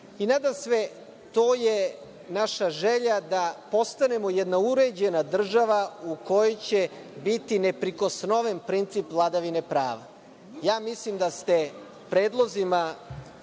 i nadasve to je naša želja da postanemo jedna uređena država u kojoj će biti neprikosnoven princip vladavine prava. Mislim da ste predlozima